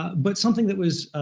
but something that was,